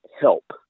help